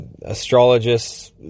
astrologists